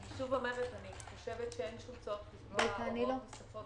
שוב - אני חושבת שאין צורך לקבוע הוראות נוספות